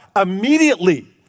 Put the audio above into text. Immediately